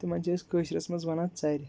تِمَن چھِ أسۍ کٲشرِس منٛز وَنان ژَرِ